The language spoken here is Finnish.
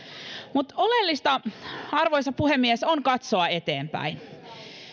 mutta oleellista arvoisa puhemies on katsoa eteenpäin